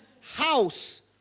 house